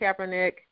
Kaepernick